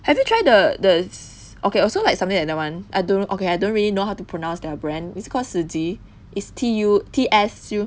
have you try the the okay also like something like that one I don't know okay I don't really know how to pronounce their brand it's called Tsuji is T U T S U